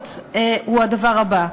מציעות הוא הדבר הבא: